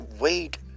wait